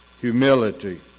humility